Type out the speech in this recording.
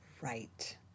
right